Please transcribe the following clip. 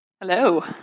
Hello